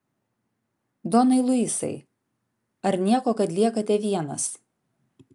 donai luisai ar nieko kad liekate vienas